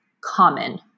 common